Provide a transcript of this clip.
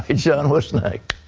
ah john, what's next?